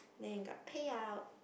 then you got payout